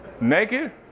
naked